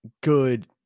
good